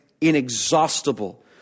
inexhaustible